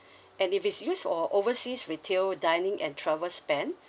and if it's use for overseas retail dining and travel spend